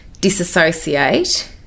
disassociate